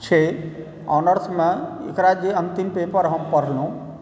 छै ऑनर्समे एकरा जे अन्तिम पेपर हम पढ़लहुँ